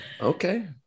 Okay